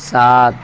سات